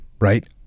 right